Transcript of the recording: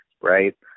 right